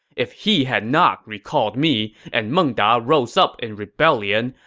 if he had not recalled me, and meng da rose up in rebellion,